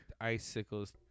Icicles